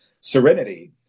serenity